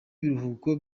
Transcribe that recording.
biruhuko